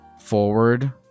forward